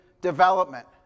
development